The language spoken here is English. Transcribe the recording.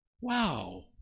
Wow